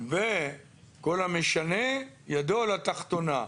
וכל המשנה ידו על התחתונה.